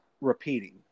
repeating